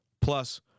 Plus